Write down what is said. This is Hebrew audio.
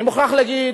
אני מוכרח להגיד,